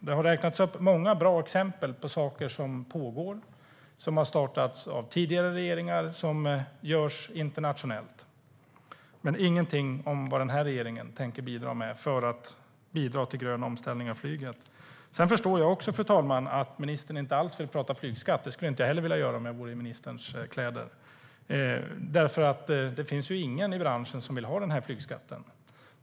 Det har räknats upp många bra exempel på saker som pågår, som har startats av tidigare regeringar, som görs internationellt, men ingenting om vad den här regeringen tänker göra för att bidra till en grön omställning av flyget. Jag förstår också, fru talman, att ministern inte alls vill prata flygskatt. Det skulle jag inte heller vilja göra om jag vore i ministerns kläder. Det finns ingen i branschen som vill ha flygskatten.